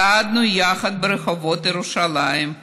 צעדנו יחד ברחובות ירושלים,